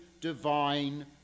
divine